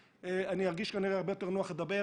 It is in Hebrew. ואני ארגיש כנראה הרבה יותר נוח לדבר